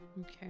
okay